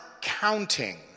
counting